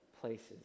places